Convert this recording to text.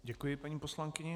Děkuji paní poslankyni.